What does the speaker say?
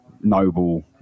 Noble